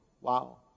Wow